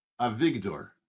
Avigdor